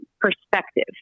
perspective